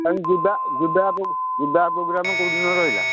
ତାନେ ଯିବା ଯିବା ପୋ ଯିବା ପ୍ରୋଗ୍ରାମ୍ କେଉଁଦିନ ରହିଲା